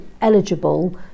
eligible